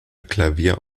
klavier